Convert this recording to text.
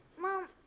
Mom